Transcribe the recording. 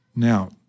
Now